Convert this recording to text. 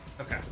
Okay